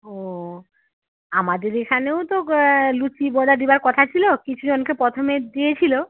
ও আমাদের এখানেও তো গো লুচি গজা দেবার কথা ছিলো কিছু জনকে প্রথমে দিয়েছিলো